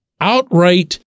outright